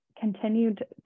continued